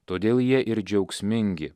todėl jie ir džiaugsmingi